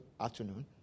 afternoon